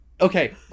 okay